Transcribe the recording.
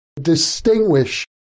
distinguish